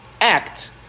act